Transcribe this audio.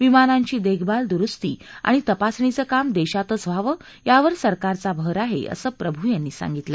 विमानांची देखभाल दुरुस्ती आणि तपासणीचं काम देशातच व्हावं यावर सरकारचा भर आहे असं प्रभू यांनी सांगितलं